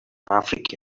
africa